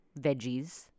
veggies